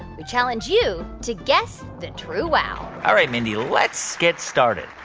we challenge you to guess the true wow all right, mindy. let's get started.